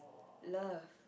love